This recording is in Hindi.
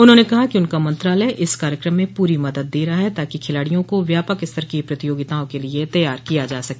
उन्होंने कहा कि उनका मंत्रालय इस कार्यक्रम में पूरी मदद दे रहा है ताकि खिलाडियों को व्यापक स्तर की प्रतियोगिताओं के लिए तैयार किया जा सके